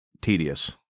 Tedious